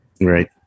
Right